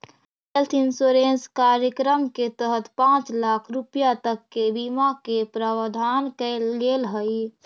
health insurance कार्यक्रम के तहत पांच लाख रुपया तक के बीमा के प्रावधान कैल गेल हइ